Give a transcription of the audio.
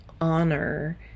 honor